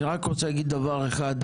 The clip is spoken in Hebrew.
אני רק רוצה להגיד דבר אחר,